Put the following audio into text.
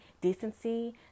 decency